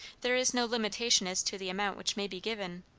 there is no limitation as to the amount which may be given,